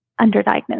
underdiagnosed